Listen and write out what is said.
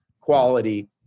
quality